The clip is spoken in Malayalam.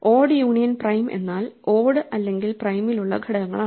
ഓഡ് യൂണിയൻ പ്രൈം എന്നാൽ ഓഡ് അല്ലെങ്കിൽ പ്രൈമിലുള്ള ഘടകങ്ങളാണ്